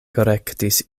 korektis